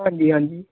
ਹਾਂਜੀ ਹਾਂਜੀ